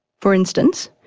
for instance,